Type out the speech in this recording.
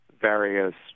various